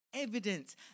Evidence